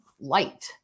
light